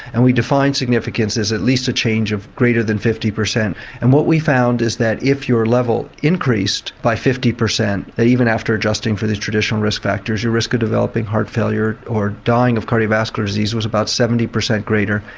and we define significance as at least a change of greater than fifty percent and what we found is that if your level increased by fifty percent, even after adjusting for these traditional risk factors, your risk of developing heart failure or dying of cardiovascular disease was about seventy percent greater.